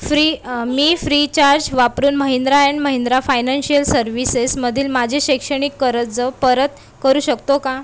free मी Freecharge वापरून Mahindra and Mahindra financial सर्व्हिसेसमधील माझे शैक्षणिक कर्ज परत करू शकतो का